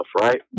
right